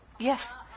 Yes